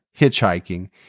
hitchhiking